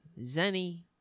Zenny